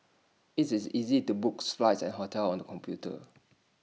IT is easy to book flights and hotels on the computer